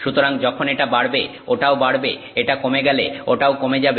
সুতরাং যখন এটা বাড়বে ওটাও বাড়বে এটা কমে গেলে ওটাও কমে যাবে